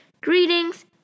Greetings